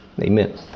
Amen